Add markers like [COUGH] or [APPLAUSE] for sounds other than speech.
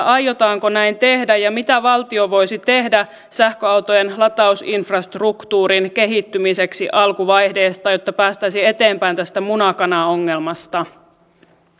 [UNINTELLIGIBLE] aiotaanko näin tehdä ja mitä valtio voisi tehdä sähköautojen latausinfrastruktuurin kehittymiseksi alkuvaiheessa jotta päästäisiin eteenpäin tästä muna kana ongelmasta